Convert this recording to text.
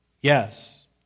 Yes